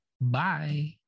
Bye